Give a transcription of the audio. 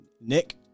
Nick